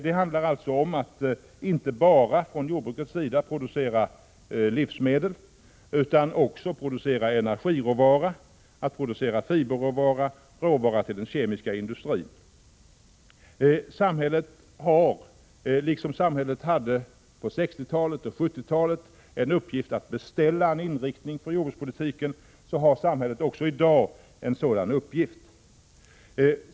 Det handlar alltså om att inte bara från jordbrukets sida producera livsmedel utan också producera energiråvara, fiberråvara och råvara till den kemiska industrin. Liksom samhället på 1960 och 1970-talen hade en uppgift att beställa en inriktning för jordbrukspolitiken, har samhället också i dag en sådan uppgift.